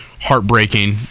heartbreaking